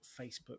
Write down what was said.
Facebook